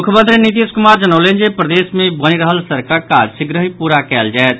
मुख्यमंत्री नीतीश कुमार जनौलनि जे प्रदेश मे बनि रहल सड़कक काज शीघ्रहि पूरा कयल जायत